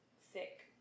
thick